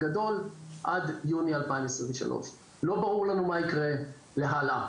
בגדול עד יוני 2023. לא ברור לנו מה יקרה הלאה,